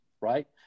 Right